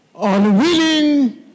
Unwilling